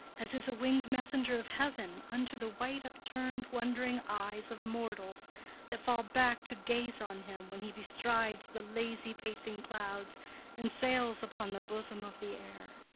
as is a winged messenger of heaven unto the white-upturned wond'ring eyes of mortals that fall back to gaze on him when he bestrides the lazy-pacing clouds and sails upon the bosom of the air.